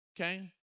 okay